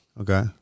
Okay